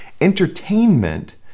Entertainment